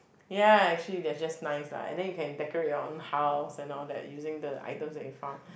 ya actually that just nice lah and then you can decorate your own house and all that using the item that you found